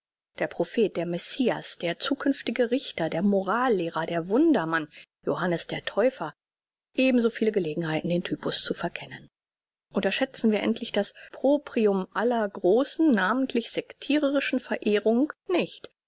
der prophet der messias der zukünftige richter der morallehrer der wundermann johannes der täufer ebensoviele gelegenheiten den typus zu verkennen unterschätzen wir endlich das proprium aller großen namentlich sektirerischen verehrung nicht